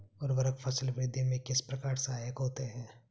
उर्वरक फसल वृद्धि में किस प्रकार सहायक होते हैं?